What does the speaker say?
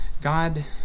God